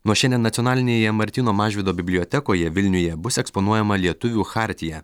nuo šiandien nacionalinėje martyno mažvydo bibliotekoje vilniuje bus eksponuojama lietuvių chartija